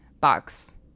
box